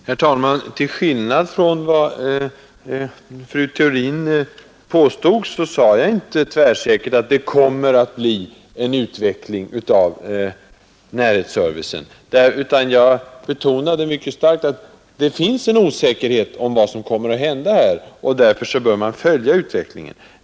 Herr talman! Till skillnad från vad fru Theorin påstod sade jag inte tvärsäkert att det kommer att bli en utveckling av närhetsservicen, utan jag betonade mycket starkt att det finns en osäkerhet om vad som kommer att hända här. Därför bör man följa utvecklingen.